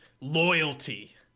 Loyalty